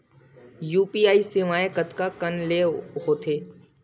UPI सेवाएं कतका कान ले हो थे?